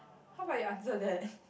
how about you answer that